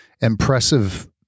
impressive